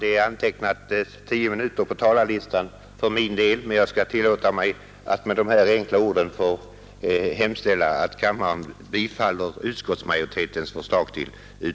Det är antecknat tio minuter på talarlistan för min del, men jag skall tillåta mig att med dessa få ord hemställa att riksdagen bifaller vad utskottet anfört.